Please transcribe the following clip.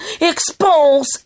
Expose